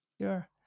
Sure